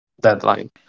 Deadline